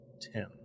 Ten